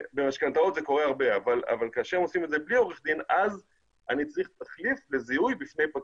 - במשכנתאות זה קורה הרבה אז אני צריך תחליף לזיהוי בפני פקיד.